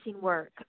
work